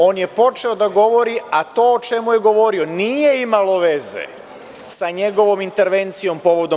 On je počeo da govori, a to o čemu je govorio nije imalo veze sa njegovom intervencijom povodom